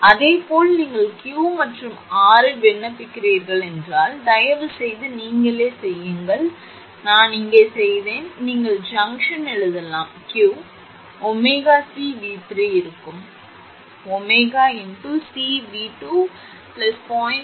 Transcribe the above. அதேபோல் நீங்கள் Q மற்றும் R இல் விண்ணப்பிக்கிறீர்கள் என்றால் தயவுசெய்து நீங்களே செய்யுங்கள் நான் இங்கேயே செய்தேன் நீங்கள் ஜங்ஷன் எழுதலாம் Q 𝜔𝐶𝑉3 இருக்கும் 𝜔 𝐶𝑉2 0